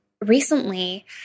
recently